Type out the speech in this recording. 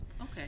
Okay